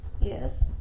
Yes